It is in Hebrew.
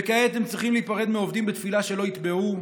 וכעת הם צריכים להיפרד מעובדים בתפילה שלא יתבעו,